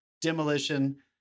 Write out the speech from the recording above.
demolition